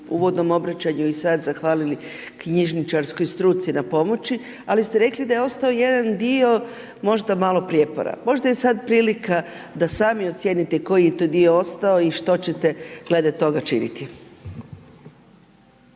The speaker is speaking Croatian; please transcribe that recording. uvodnom obraćanju i sad zahvalili knjižničarskoj struci na pomoći, ali ste rekli da je ostao jedan dio možda malo prijepora, možda je sad prilika da sami ocijenite koji je to dio ostao i što ćete glede toga činiti.